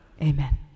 Amen